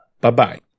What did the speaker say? Bye-bye